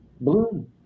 bloom